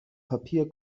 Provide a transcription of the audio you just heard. papier